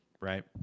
right